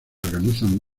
organizan